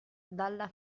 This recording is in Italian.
dalla